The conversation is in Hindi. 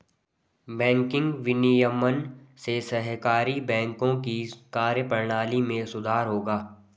बैंकिंग विनियमन से सहकारी बैंकों की कार्यप्रणाली में सुधार होगा